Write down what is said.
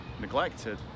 neglected